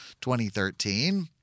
2013